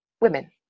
women